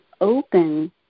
open